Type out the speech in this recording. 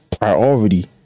priority